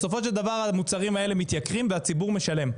הרי בסופו של דבר המוצרים האלה מתייקרים והציבור משלם.